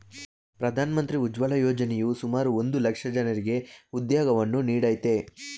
ಪ್ರಧಾನ ಮಂತ್ರಿ ಉಜ್ವಲ ಯೋಜನೆಯು ಸುಮಾರು ಒಂದ್ ಲಕ್ಷ ಜನರಿಗೆ ಉದ್ಯೋಗವನ್ನು ನೀಡಯ್ತೆ